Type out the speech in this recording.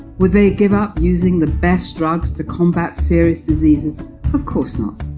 would they give up using the best drugs to combat serious diseases? of course not.